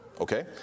Okay